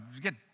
get